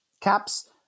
caps